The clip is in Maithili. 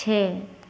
छै